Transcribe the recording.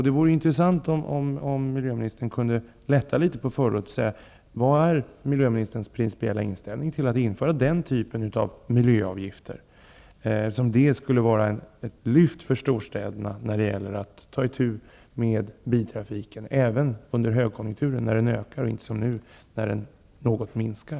Det vore intressant om miljöministern kunde lätta på förlåten och säga vad som är hans principiella inställning till att införa denna typ av miljöavgifter, som skulle vara ett lyft för storstäderna när det gäller att ta itu med biltrafiken, även under en högkonjunktur när den ökar och inte som nu något minskar.